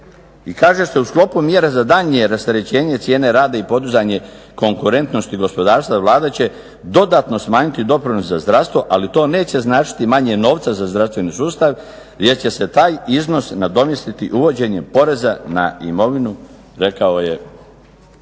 i kaže se u sklopu mjere za daljnje rasterećenje cijene rada i podizanje konkurentnosti gospodarstva, Vlada će dodatno smanjiti doprinos za zdravstvo, ali to neće značiti manje novca za zdravstveni sustav jer će se taj iznos nadomjestiti uvođenjem poreza na imovinu, rekao je